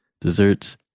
desserts